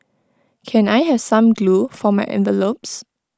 can I have some glue for my envelopes